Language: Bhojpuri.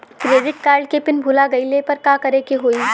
क्रेडिट कार्ड के पिन भूल गईला पर का करे के होई?